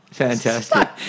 Fantastic